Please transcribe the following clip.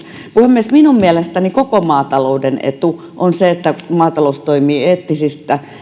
puhemies minun mielestäni koko maatalouden etu on se että maatalous toimii